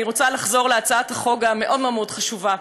אני רוצה לחזור להצעת החוק המאוד מאוד מאוד חשובה.